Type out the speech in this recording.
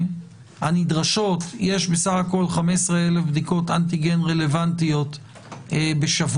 הנדרשות יש בסך הכול 15,000 בדיקות אנטיגן רלוונטיות בשבוע.